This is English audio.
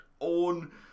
own